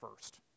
first